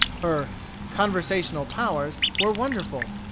her conversational powers were wonderful.